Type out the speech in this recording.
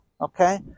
okay